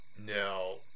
Now